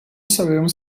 sabemos